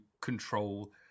control